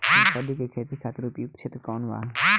मूँगफली के खेती खातिर उपयुक्त क्षेत्र कौन वा?